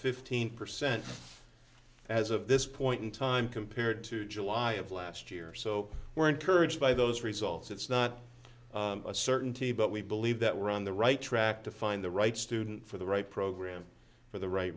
fifteen percent as of this point in time compared to july of last year so we're encouraged by those results it's not a certainty but we believe that we're on the right track to find the right student for the right program for the right